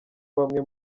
bamwe